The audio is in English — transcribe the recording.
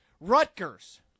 Rutgers